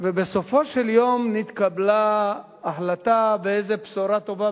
ובסופו של יום נתקבלה החלטה באיזו בשורה טובה,